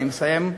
אני מסיים,